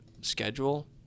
schedule